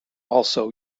also